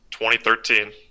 2013